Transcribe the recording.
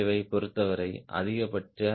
விளைவைப் பொருத்தவரை அதிகபட்ச சி